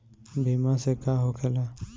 बीमा से का होखेला?